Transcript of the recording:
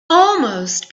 almost